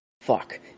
Fuck